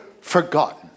forgotten